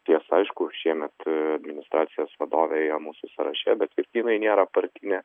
tiesa aišku šiemet administracijos vadovė jau mūsų sąraše bet vis jinai nėra partinė